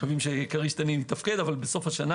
מקווים שכריש תנין יתפקד אבל בסוף השנה